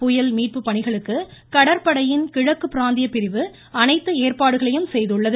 புயல் மீட்பு பணிகளுக்கு கடற்படையின் கிழக்கு பிராந்திய பிரிவு அனைத்து ஏற்பாடுகளையும் செய்துள்ளது